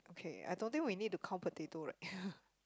okay I thought that we need to count potato right